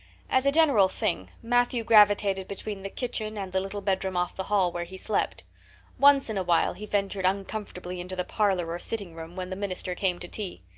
as a general thing matthew gravitated between the kitchen and the little bedroom off the hall where he slept once in a while he ventured uncomfortably into the parlor or sitting room when the minister came to tea.